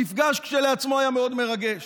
המפגש עצמו היה מאוד מרגש.